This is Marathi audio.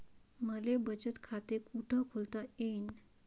मले बचत खाते कुठ खोलता येईन?